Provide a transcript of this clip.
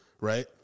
Right